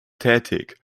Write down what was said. tätig